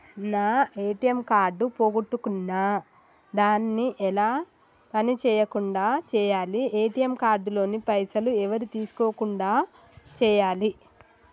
నా ATM card పోగొట్టుకున్నా దాన్ని ఎలా పని చేయకుండా చేయాలి ఏ.టి.ఎమ్ కార్డు లోని పైసలు ఎవరు తీసుకోకుండా చేయాలి?